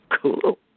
cool